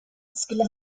skulle